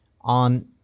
on